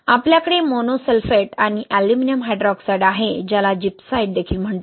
आपल्याकडे mono sulphate आणि aluminium hydroxide आहे ज्याला जिप्साइट देखील म्हणतात